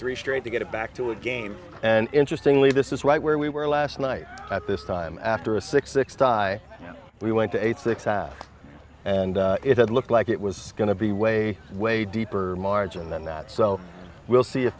three straight to get back to a game and interestingly this is right where we were last night at this time after a six six die we went to eight six and it looked like it was going to be way way deeper margin than that so we'll see if